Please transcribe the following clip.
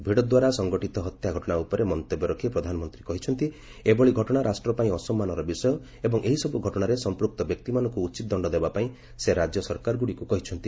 ଭିଡ଼ ଦ୍ୱାରା ସଂଗଠିତ ହତ୍ୟା ଘଟଣା ଉପରେ ମନ୍ତବ୍ୟ ରଖି ପ୍ରଧାନମନ୍ତ୍ରୀ କହିଛନ୍ତି ଏଭଳି ଘଟଣା ରାଷ୍ଟ୍ର ପାଇଁ ଅସମ୍ମାନର ବିଷୟ ଏବଂ ଏହି ସବୁ ଘଟଣାରେ ସଂପୃକ୍ତ ବ୍ୟକ୍ତିମାନଙ୍କୁ ଉଚିତ ଦଣ୍ଡ ଦେବା ପାଇଁ ସେ ରାଜ୍ୟ ସରକାରଗୁଡ଼ିକୁ କହିଛନ୍ତି